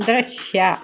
ದೃಶ್ಯ